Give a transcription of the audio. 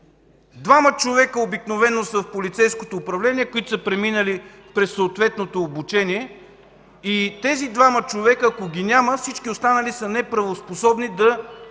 Двама човека обикновено са в полицейското управление, които са преминали през съответното обучение. Ако тези двама човека ги няма, всички останали са неправоспособни да